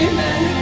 Amen